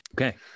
Okay